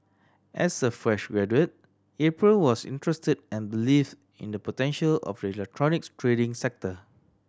as a fresh graduate April was interested and believes in the potential of the electronics trading sector